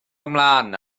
ymlaen